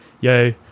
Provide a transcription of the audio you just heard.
yo